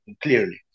clearly